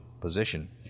position